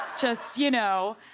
just. you know?